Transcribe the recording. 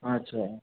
अच्छा